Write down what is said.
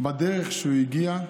בדרך שהוא הגיע,